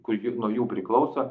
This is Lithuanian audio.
kur ji nuo jų priklauso